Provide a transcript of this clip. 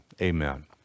Amen